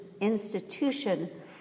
institution